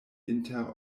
inter